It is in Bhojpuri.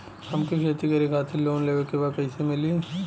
हमके खेती करे खातिर लोन लेवे के बा कइसे मिली?